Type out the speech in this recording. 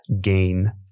gain